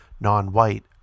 non-white